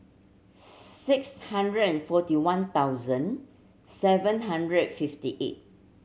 six hundred and forty one thousand seven hundred and fifty eight